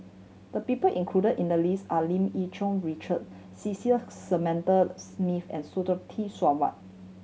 the people included in the list are Lim Yih Cherng Richard Cecil Smith and Sarwan